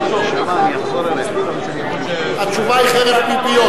תשובה, התשובה היא חרב פיפיות.